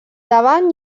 davant